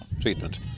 treatment